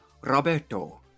Roberto